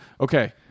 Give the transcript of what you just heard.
Okay